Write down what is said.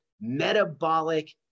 metabolic